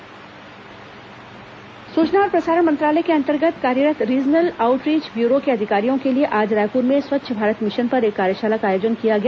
कार्यशाला सूचना और प्रसारण मंत्रालय के अंतर्गत कार्यरत् रीजनल आउटरीच ब्यूरो के अधिकारियों के लिए आज रायपुर में स्वच्छ भारत मिशन पर एक कार्यशाला का आयोजन किया गया